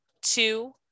two